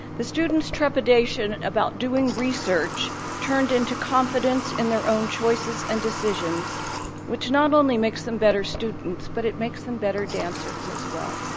the student's trepidation about doing research turned into confidence in their own choices and decisions which not only makes them better students, but it makes them better dancers as well.